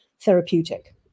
therapeutic